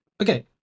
Okay